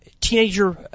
teenager